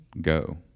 go